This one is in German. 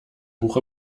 hoch